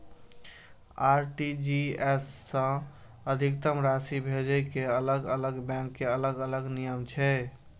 RTGS सं अधिकतम राशि भेजै के अलग अलग बैंक के अलग अलग नियम छै